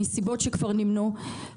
מסיבות שכבר נמנו,